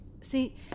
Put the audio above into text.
See